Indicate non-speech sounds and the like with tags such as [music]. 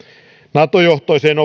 nato johtoiseen [unintelligible]